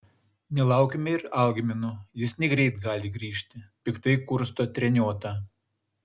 nelaukime ir algmino jis negreit gali grįžti piktai kursto treniota